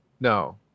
no